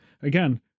Again